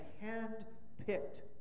hand-picked